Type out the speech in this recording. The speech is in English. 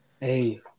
hey